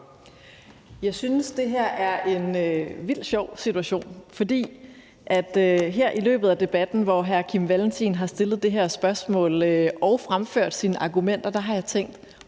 Jeg synes, det her er en vildt sjov situation, for her i løbet af debatten, hvor hr. Kim Valentin har stillet det her spørgsmål og fremført sine argumenter, har jeg tænkt: